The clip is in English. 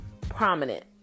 prominent